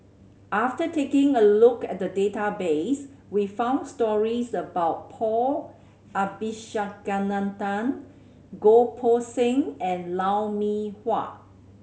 after taking a look at the database we found stories about Paul Abisheganaden Goh Poh Seng and Lou Mee Wah